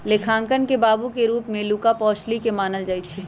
लेखांकन के बाबू के रूप में लुका पैसिओली के मानल जाइ छइ